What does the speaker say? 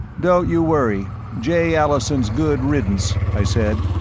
don't you worry. jay allison's good riddance, i said,